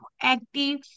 active